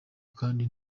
kandi